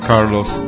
Carlos